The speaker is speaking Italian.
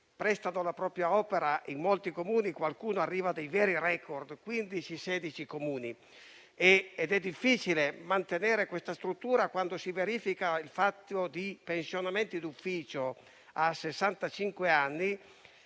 prestano la propria opera in molti Comuni e qualcuno arriva a dei veri *record*, con 15 o 16 Comuni. È difficile mantenere questa struttura quando si verificano pensionamenti d'ufficio a